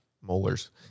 molars